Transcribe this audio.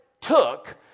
took